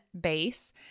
base